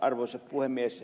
arvoisa puhemies